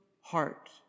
heart